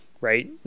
right